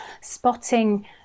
spotting